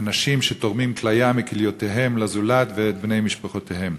אנשים שתורמים כליה מכליותיהם לזולת ואת בני משפחותיהם.